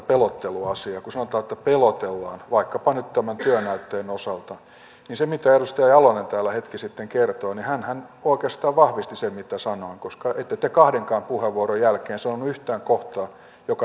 kun sanotaan että pelotellaan vaikkapa nyt tämän työnäytteen osalta niin sillä mitä edustaja jalonen täällä hetki sitten kertoi hänhän oikeastaan vahvisti sen mitä sanoin koska ette te kahdenkaan puheenvuoron jälkeen sanonut yhtään kohtaa joka esityksessäni oli väärin